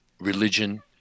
religion